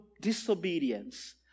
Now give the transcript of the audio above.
disobedience